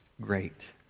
great